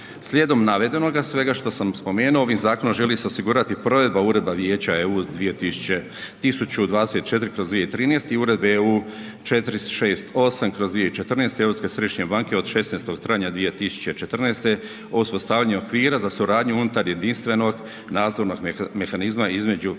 Slijedom navedenoga, svega što sam spomenuo ovim zakonom želi se osigurati provedba Uredbe Vijeća EU 2000 1024/2013 i Uredbe EU 468/2014 Europske središnje banke od 16. travnja 2014. o uspostavljanju okvira za suradnju unutar jedinstvenog nadzornog mehanizma između